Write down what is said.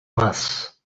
masses